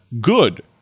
good